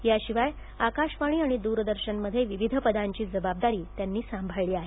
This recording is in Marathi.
याशिवाय आकाशवाणी आणि दूरदर्शनमधे विविध पदांची जबाबदारी त्यांनी सांभाळली आहे